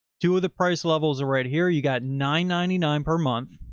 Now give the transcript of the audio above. two of the price levels are right here. you got nine ninety nine per month.